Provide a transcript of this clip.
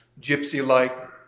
gypsy-like